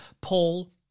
Paul